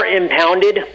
impounded